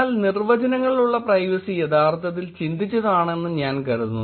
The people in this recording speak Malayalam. എന്നാൽ നിർവചനങ്ങളിലുള്ള പ്രൈവസി യഥാർത്ഥത്തിൽ ചിന്തിച്ചതാണെന്ന് ഞാൻ കരുതുന്നു